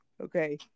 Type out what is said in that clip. okay